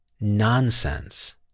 nonsense